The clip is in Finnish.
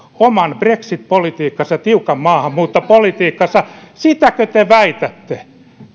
oman brexit polittiikkansa tiukan maahanmuuttopolitiikkansa sitäkö te te väitätte